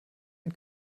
ein